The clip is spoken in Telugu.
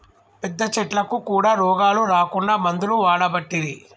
పెద్ద చెట్లకు కూడా రోగాలు రాకుండా మందులు వాడబట్టిరి